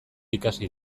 ikasi